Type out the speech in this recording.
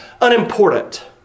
unimportant